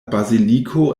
baziliko